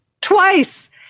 twice